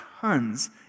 tons